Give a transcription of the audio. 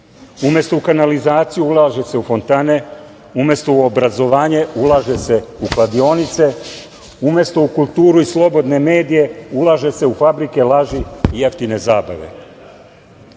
Umesto u kanalizaciju ulaže se u fontane, umesto u obrazovanje, ulaže se u kladionice, umesto u kulturu i slobodne medije, ulaže se u fabrike laži i jeftine zabave. To